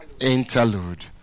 interlude